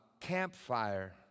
campfire